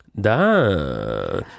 da